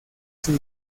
sus